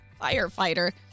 firefighter